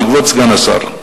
כבוד השר,